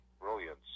brilliance